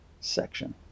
section